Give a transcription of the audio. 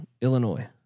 Illinois